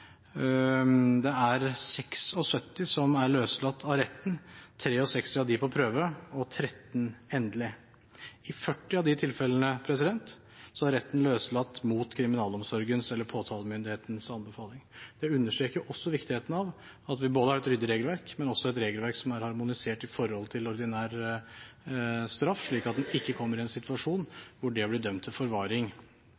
av dem på prøve og 13 endelig. I 40 av de tilfellene har retten løslatt mot kriminalomsorgens eller påtalemyndighetens anbefaling. Det understreker også viktigheten av at vi har både et ryddig regelverk og et regelverk som er harmonisert med ordinær straff, slik at en ikke kommer i en situasjon